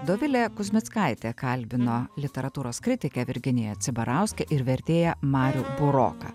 dovilė kuzmickaitė kalbino literatūros kritikę virginiją cibarauskę ir vertėją marių buroką